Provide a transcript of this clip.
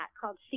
called